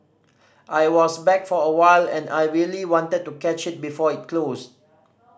I was back for a while and I really wanted to catch it before it closed